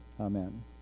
Amen